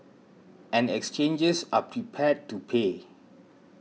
and exchanges are prepared to pay